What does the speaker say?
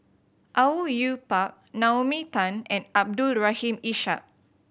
Au Yue Pak Naomi Tan and Abdul Rahim Ishak